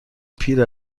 پیر